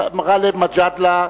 גאלב מג'אדלה.